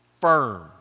firm